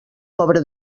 pobra